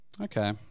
Okay